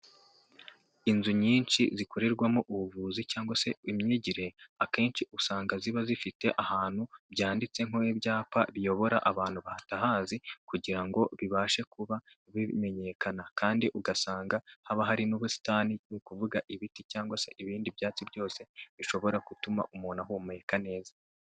Inzu nyinshi zikorerwamo ubuvuzi cyangwa se imyigire akenshi usanga ziba zifite ahantu byanditse nk'ibyapa biyobora abantuha batahazi kugira ngo bibashe kuba bimenyekana kandi ugasanga haba hari n'ubusitani ni ukuvuga ibiti cyangwa se ibindi byatsi byose bishobora gutuma umuntu ahumeka neza.